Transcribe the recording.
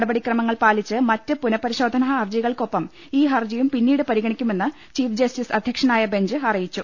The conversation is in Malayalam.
നടപടിക്ര മങ്ങൾ പാലിച്ച് മറ്റ് പുനഃ പരിശോധന ഹർജികൾക്കൊപ്പം ഈ ഹർജിയും പിന്നീട് പരിഗണിക്കുമെന്ന് ചീഫ് ജസ്റ്റിസ് അധ്യക്ഷ നായ ബെഞ്ച് അറിയിച്ചു